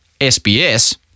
SBS